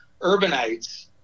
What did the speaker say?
urbanites